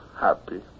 happy